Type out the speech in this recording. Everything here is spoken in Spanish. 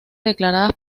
declaradas